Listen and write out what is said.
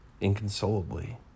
inconsolably